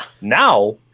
Now